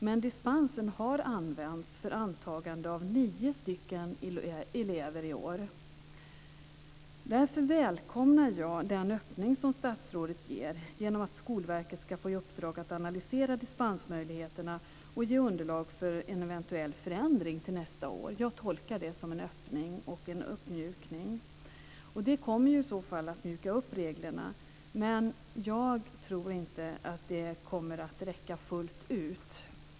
Men dispensen har använts för antagande av nio elever i år. Därför välkomnar jag den öppning som statsrådet ger genom att Skolverket ska få i uppdrag att analysera dispensmöjligheterna och ge underlag för en eventuell förändring till nästa år. Jag tolkar det som en öppning och en uppmjukning. Det kommer i så fall att mjuka upp reglerna, men jag tror inte att det kommer att räcka fullt ut.